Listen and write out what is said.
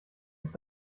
ist